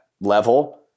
level